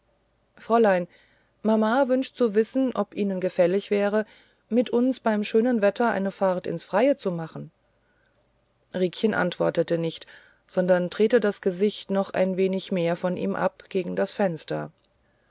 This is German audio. fräulein mama wünscht zu wissen ob ihnen gefällig wäre mit uns beim schönen wetter eine fahrt ins freie zu machen riekchen antwortete nicht sondern drehte das gesicht noch ein wenig mehr von ihm ab gegen das fenster